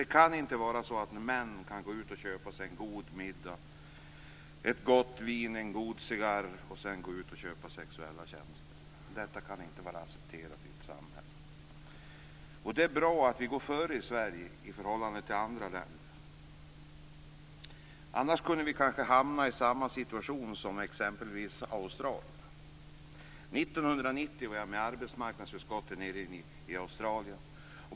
Det kan inte vara så att män skall kunna köpa sig en god middag, ett gott vin, en god cigarr och sedan gå ut och köpa sexuella tjänster. Detta kan inte vara accepterat i vårt samhälle. Det är bra att vi i Sverige går före andra länder. Annars kunde vi kanske hamna i samma situation som exempelvis australierna. År 1990 åkte jag med arbetsmarknadsutskottet till Australien.